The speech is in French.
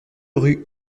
rue